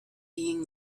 being